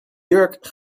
jurk